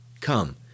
Come